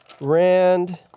Rand